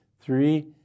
Three